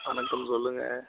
வணக்கம் சொல்லுங்க